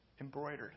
Embroidered